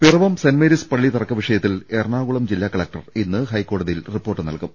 Piravom saint Mary's പള്ളി തർക്ക വിഷയത്തിൽ എറണാ കുളം ജില്ലാ കലക്ടർ ഇന്ന് ഹൈക്കോടതിയിൽ റിപ്പോർട്ട് നൽകും